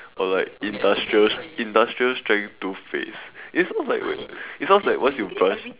or like industrial industrial strength toothpaste it sounds like it sounds like once you brush